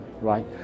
right